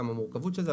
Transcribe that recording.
גם המורכבות של זה,